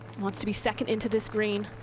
wants to be second into this green.